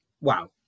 Wow